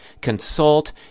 consult